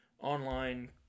online